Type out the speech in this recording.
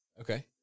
Okay